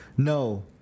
No